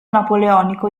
napoleonico